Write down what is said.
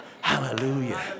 hallelujah